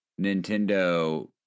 Nintendo